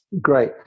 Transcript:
Great